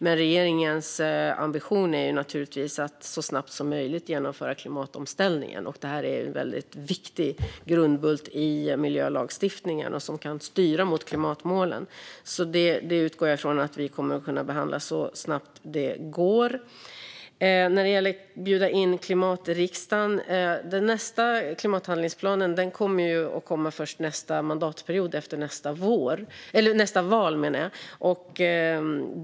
Men regeringens ambition är att så snabbt som möjligt genomföra klimatomställningen. Det här är en viktig grundbult i miljölagstiftningen och kan styra mot klimatmålen. Jag utgår från att vi kommer att kunna behandla det så snabbt det går. I fråga om att bjuda in Klimatriksdagen kommer nästa klimathandlingsplan först nästa mandatperiod, efter nästa val.